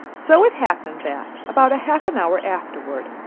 so it happened that, about half an hour afterward,